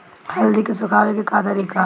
हल्दी के सुखावे के का तरीका ह?